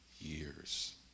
years